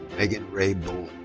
megan rae bolin.